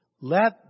let